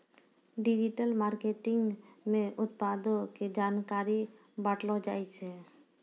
digital marketing मे उत्पादो के जानकारी बांटलो जाय छै